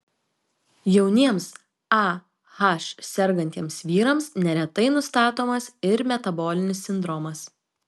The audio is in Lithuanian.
jauniems ah sergantiems vyrams neretai nustatomas ir metabolinis sindromas